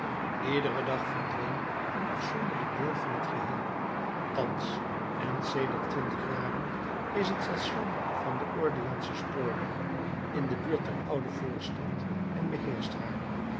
iederen dag verdween een afzonderlijk deel van het geheel thans en sedert twintig jaren is het station van den orleanschen spoorweg in de buurt der oude voorstad en beheerscht haar